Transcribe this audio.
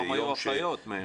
פעם היו אחיות.